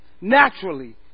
naturally